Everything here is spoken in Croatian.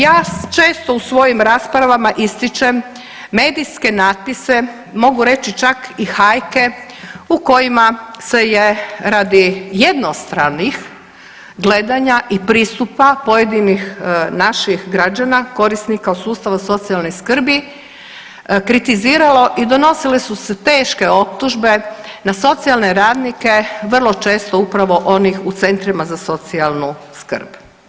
Ja često u svojim raspravama ističem medijske natpise, mogu reći čak i hajke u kojima se je radi jednostranih gledanja i pristupa pojedinih naših građana korisnika sustava socijalne skrbi kritiziralo i donosile su se teške optužbe na socijalne radnike vrlo često upravo onih u centrima za socijalnu skrb.